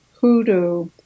hoodoo